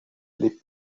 les